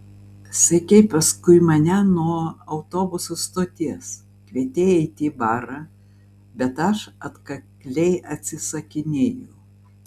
sekei paskui mane nuo autobusų stoties kvietei eiti į barą bet aš atkakliai atsisakinėjau